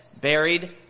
Buried